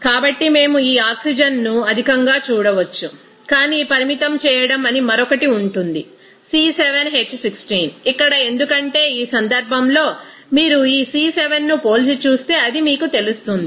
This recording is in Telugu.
కాబట్టి మేము ఆ ఆక్సిజన్ను అధికంగా చూడవచ్చు కాని పరిమితం చేయడంఅని మరొకటి ఉంటుంది C7H16 ఇక్కడ ఎందుకంటే ఈ సందర్భంలో మీరు ఈ C7 ను పోల్చి చూస్తే అది మీకు తెలుస్తుంది